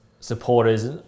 supporters